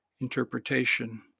interpretation